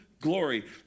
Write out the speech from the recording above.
glory